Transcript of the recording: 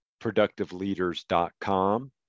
ProductiveLeaders.com